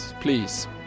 Please